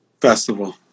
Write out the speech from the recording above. Festival